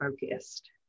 focused